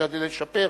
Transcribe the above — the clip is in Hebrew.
נשתדל לשפר.